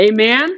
Amen